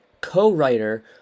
co-writer